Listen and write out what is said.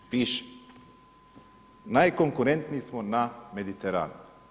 Piše najkonkurentniji smo na Mediteranu.